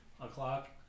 o'clock